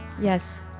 yes